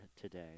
today